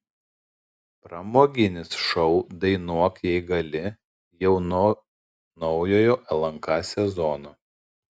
pramoginis šou dainuok jei gali jau nuo naujojo lnk sezono